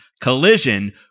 Collision